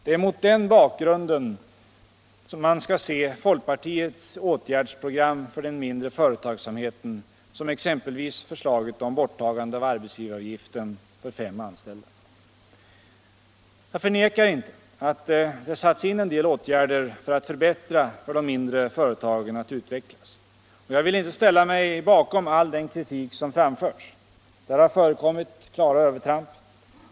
Det är mot den bakgrunden man skall se folkpartiets åtgärdsprogram för den mindre företagsamheten, exempelvis förslaget om borttagande av arbetsgivaravgiften för företag med mindre än fem anställda. Jag förnekar inte att det satts in en del åtgärder för att förbättra möjligheterna för de mindre företagen att utvecklas. Och jag vill inte ställa mig bakom all den kritik som framförts. Där har förekommit klara övertramp.